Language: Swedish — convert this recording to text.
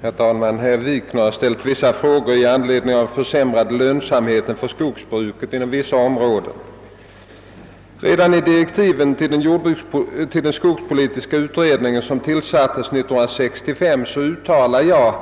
Herr talman! Herr Wikner har ställt vissa frågor i anledning av den försämrade lönsamheten för skogsbruket i vissa områden. Redan i direktiven för den skogspolitiska utredning, som tillsattes år 1965, uttalade jag